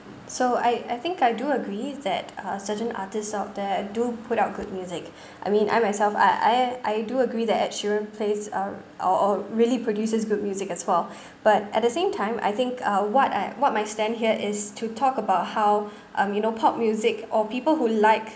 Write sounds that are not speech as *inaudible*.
so I I think I do agree that uh certain artists out there do put out good music *breath* I mean I myself I I I do agree that ed sheeran plays um or or really produces good music as well *breath* but at the same time I think uh what I what my stand here is to talk about how *breath* um you know pop music or people who like